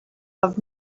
have